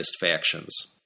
factions